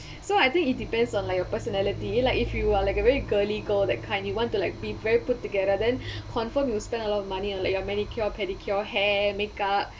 so I think it depends on like your personality like if you are like a very girly girl that kind you want to like be very put together then confirm you spend a lot of money early your manicure pedicure hair makeup